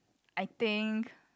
I think